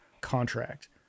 contract